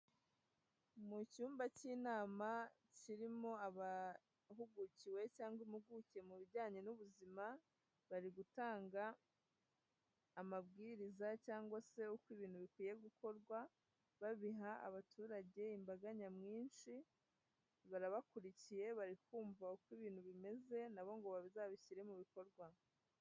Mu cyumba cy'inama kirimo abahugukiwe cyangwa impuguke mu bijyanye n'ubuzima, bari gutanga amabwiriza cyangwa se uko ibintu bikwiye gukorwa, babiha abaturage imbaga nyamwinshi, barabakurikiye, bari kumva uko ibintu bimeze na bo ngo bazabishyire mu bikorwa.